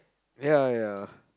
ya ya